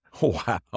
wow